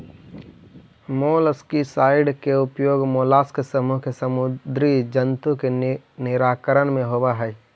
molluscicide के उपयोग mollusc समूह के समुदी जन्तु के निराकरण में होवऽ हई